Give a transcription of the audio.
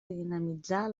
dinamitzar